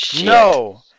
No